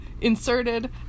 Inserted